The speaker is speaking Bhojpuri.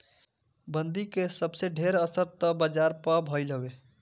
बंदी कअ सबसे ढेर असर तअ बाजार पअ भईल हवे